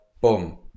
boom